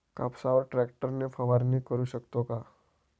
कापसावर ट्रॅक्टर ने फवारणी करु शकतो का?